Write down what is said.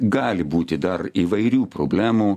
gali būti dar įvairių problemų